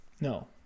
No